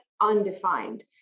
undefined